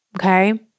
okay